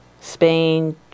Spain